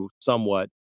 somewhat